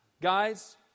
Guys